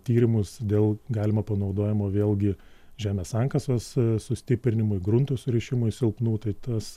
tyrimus dėl galimo panaudojimo vėlgi žemės sankasos sustiprinimui grunto surišimui silpnų tai tas